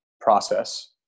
process